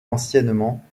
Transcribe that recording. anciennement